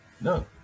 no